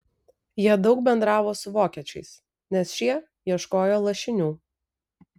jie daug bendravo su vokiečiais nes šie ieškojo lašinių